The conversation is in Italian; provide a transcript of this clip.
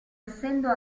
essendo